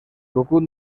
cucut